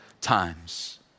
times